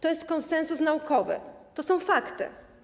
To jest konsensus naukowy, to są fakty.